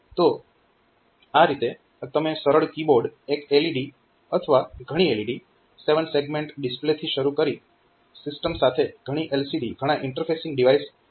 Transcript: તો આ રીતે તમે સરળ કીબોર્ડ એક LED અથવા ઘણી LED 7 સેગમેન્ટ ડિસ્પ્લેથી શરુ કરી સિસ્ટમ સાથે ઘણી LCD ઘણા ઇન્ટરફેસિંગ ડિવાઇસ ઇન્ટરફેસ કરી શકો છો